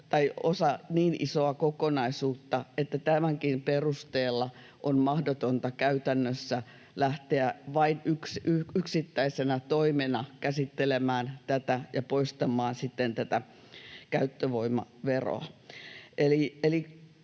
on osa niin isoa kokonaisuutta, että tämänkin perusteella on mahdotonta käytännössä lähteä vain yksittäisenä toimena käsittelemään tätä ja poistamaan sitten tätä käyttövoimaveroa.